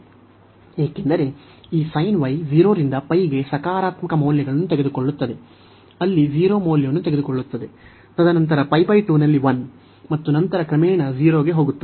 ಏಕೆಂದರೆ ಈ 0 ರಿಂದ ಗೆ ಸಕಾರಾತ್ಮಕ ಮೌಲ್ಯಗಳನ್ನು ತೆಗೆದುಕೊಳ್ಳುತ್ತದೆ ಅಲ್ಲಿ 0 ಮೌಲ್ಯವನ್ನು ತೆಗೆದುಕೊಳ್ಳುತ್ತದೆ ತದನಂತರ 2 ನಲ್ಲಿ 1 ಮತ್ತು ನಂತರ ಕ್ರಮೇಣ 0 ಗೆ ಹೋಗುತ್ತದೆ